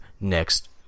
next